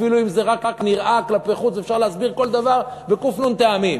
אפילו אם זה רק נראה כלפי חוץ אפשר להסביר כל דבר בק"ן טעמים,